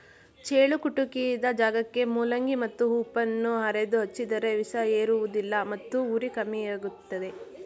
ಚೇಳು ಕುಟುಕಿದ ಜಾಗಕ್ಕೆ ಮೂಲಂಗಿ ಮತ್ತು ಉಪ್ಪನ್ನು ಅರೆದು ಹಚ್ಚಿದರೆ ವಿಷ ಏರುವುದಿಲ್ಲ ಮತ್ತು ಉರಿ ಕಮ್ಮಿಯಾಗ್ತದೆ